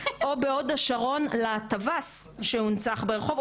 או בהוד השרון לטווס שהונצח ברחוב,